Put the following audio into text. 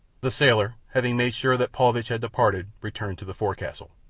the sailor, having made sure that paulvitch had departed, returned to the forecastle,